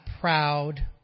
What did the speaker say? proud